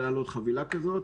לעלות חבילה כזאת,